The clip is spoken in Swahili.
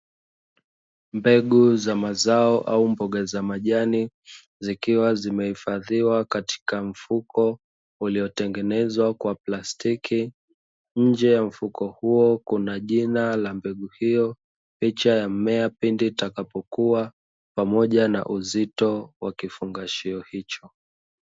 Mbegu za mazao au mboga za majani, zikiwa zimehifadhiwa katika mfuko uliotengenezwa kwa plastiki, nje ya mfuko huo kuna jina la mbegu hiyo, picha ya mmea pindi utakapokua pamoja na uzito wa kifungashio hicho.